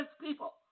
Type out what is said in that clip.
people